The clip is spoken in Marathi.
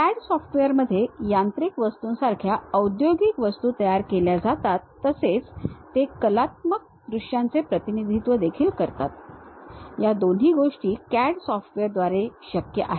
CAD सॉफ्टवेअरमध्ये यांत्रिक वस्तूंसारख्या औद्योगिक वस्तू तयार केल्या जातात तसेच ते कलात्मक दृश्यांचे प्रतिनिधित्व देखील करतात या दोन्ही गोष्टी CAD सॉफ्टवेअरद्वारे शक्य आहेत